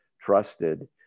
trusted